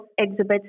exhibits